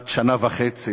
בת שנה וחצי,